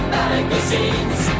magazines